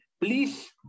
please